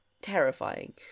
terrifying